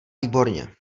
výborně